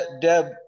Deb